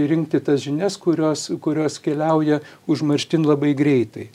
rinkti tas žinias kurios kurios keliauja užmarštin labai greitai